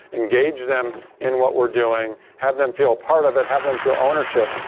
engage them in what we're doing, have them feel a part of it, have them feel ownership,